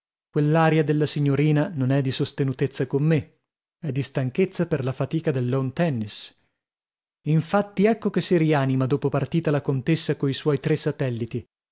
stesso quell'aria della signorina non è di sostenutezza con me è di stanchezza per la fatica del lawn tennis infatti ecco che si rianima dopo partita la contessa coi suoi tre satelliti